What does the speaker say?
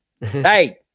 hey